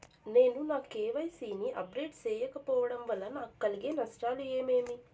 నేను నా కె.వై.సి ని అప్డేట్ సేయకపోవడం వల్ల నాకు కలిగే నష్టాలు ఏమేమీ?